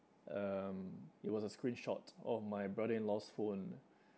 um it was a screenshot of my brother-in-law's phone